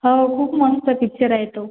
हो खूप मस्त पिक्चर आहे तो